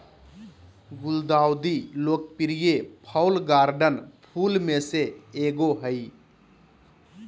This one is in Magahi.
गुलदाउदी लोकप्रिय फ़ॉल गार्डन फूल में से एगो हइ